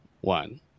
one